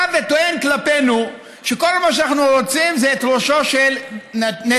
בא וטוען כלפינו שכל מה שאנחנו רוצים זה את ראשו של נתניהו.